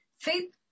faith